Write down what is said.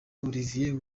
olivier